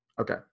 Okay